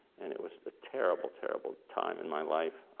and it was a terrible, terrible time in my life.